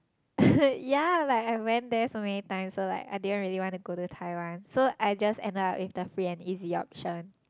ya like I went there so many times or like I didn't really want to go to Taiwan so I just ended up with the free and easy option